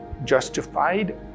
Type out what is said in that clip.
justified